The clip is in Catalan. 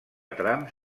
trams